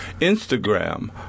Instagram